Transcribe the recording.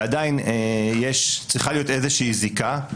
ועדיין צריכה להיות איזושהי זיקה.